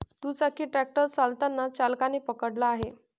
दुचाकी ट्रॅक्टर चालताना चालकाने पकडला आहे